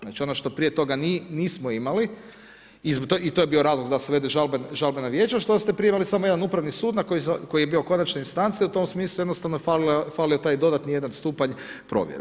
Znači ono što prije toga nismo imali i to je bio razlog da se uvedu žalbena vijeća što ste prije imali samo jedan upravni sud koji je bio konačne instance i u tom smislu jednostavno je falio taj dodatni jedan stupanj provjere.